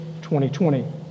2020